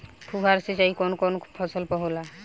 फुहार सिंचाई कवन कवन फ़सल पर होला?